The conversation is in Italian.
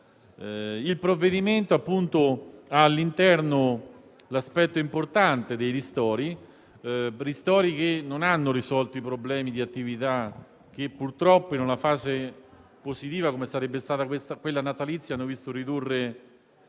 Il provvedimento contiene l'aspetto importante dei ristori, che non hanno risolto i problemi di attività che purtroppo in una fase positiva - come sarebbe stata quella natalizia - hanno visto chiudere